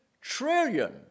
trillion